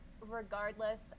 Regardless